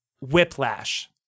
Whiplash